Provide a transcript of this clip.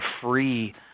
free